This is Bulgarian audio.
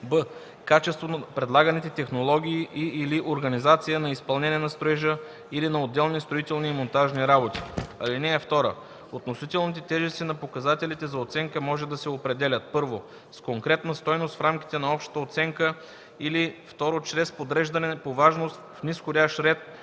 б) качеството на предлаганите технологии и/или организация на изпълнение на строежа, или на отделни строителни и монтажни работи. (2) Относителните тежести на показателите за оценка може да се определят: 1. с конкретна стойност в рамките на общата оценка, или 2. чрез подреждане по важност в низходящ ред